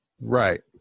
Right